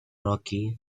rocky